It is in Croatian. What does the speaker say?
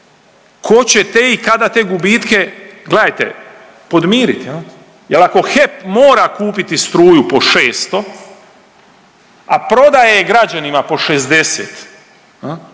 tko će te i kada te gubitke gledajte podmiriti. Jer ako HEP mora kupiti struju po 600, a prodaje je građanima po 60